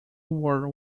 were